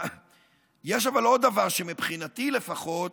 אבל יש עוד דבר שמבחינתי לפחות